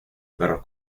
perros